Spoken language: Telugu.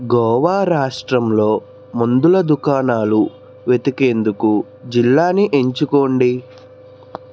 గోవా రాష్ట్రంలో మందుల దుకాణాలు వెతికేందుకు జిల్లాని ఎంచుకోండి